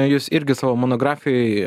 jūs irgi savo monografijoj